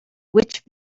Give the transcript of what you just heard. which